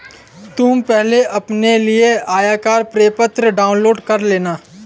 तुम पहले अपने लिए आयकर प्रपत्र डाउनलोड कर लेना